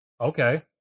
Okay